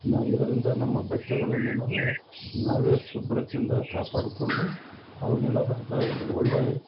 ನಾವು ಇದರಿಂದ ನಮ್ಮ ಬಟ್ಟೆಗಳನ್ನು ಏನಿದೆ ನಾವೇ ಶುಭ್ರತೆಯಿಂದ ಕಾಪಾಡ್ಕೊಂಡು ಅವು ನೆನದಂಥ ಒಳ್ಳೇ